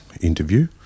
interview